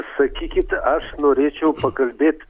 sakykite aš norėčiau pakalbėt